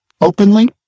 openly